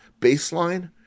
baseline